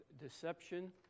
deception